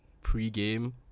pre-game